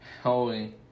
Holy